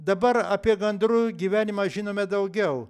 dabar apie gandrų gyvenimą žinome daugiau